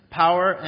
power